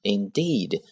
Indeed